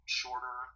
shorter